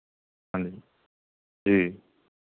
ਹਾਂਜੀ ਜੀ